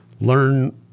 learn